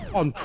on